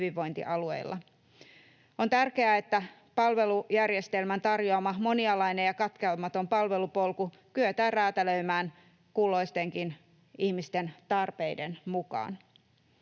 On tärkeää, että palvelujärjestelmän tarjoama monialainen ja katkeamaton palvelupolku kyetään räätälöimään kulloistenkin ihmisten tarpeiden mukaan.